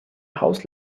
haus